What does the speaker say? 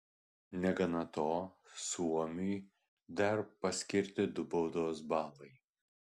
negana to suomiui dar paskirti du baudos balai